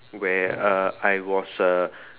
where uh I was uh